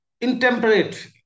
intemperate